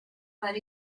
buried